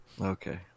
Okay